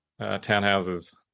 townhouses